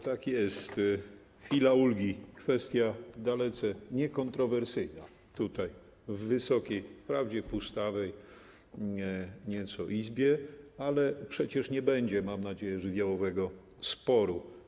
Tak jest, chwila ulgi, kwestia dalece niekontrowersyjna tutaj, w Wysokiej Izbie, wprawdzie pustawej nieco, ale przecież nie będzie, mam nadzieję, żywiołowego sporu.